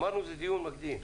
אמרנו שזה דיון מקדים.